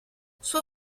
suo